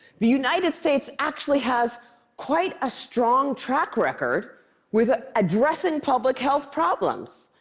the united states actually has quite a strong track record with addressing public health problems,